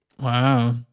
Wow